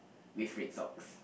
with red socks